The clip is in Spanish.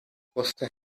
costa